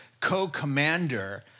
co-commander